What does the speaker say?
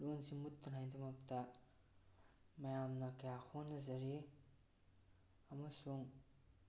ꯂꯣꯟꯁꯤ ꯃꯨꯠꯇꯅꯉꯥꯏꯗꯃꯛꯇ ꯃꯌꯥꯝꯅ ꯀꯌꯥ ꯍꯣꯠꯅꯖꯔꯤ ꯑꯃꯁꯨꯡ